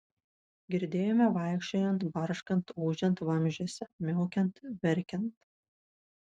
girdėjome vaikščiojant barškant ūžiant vamzdžiuose miaukiant verkiant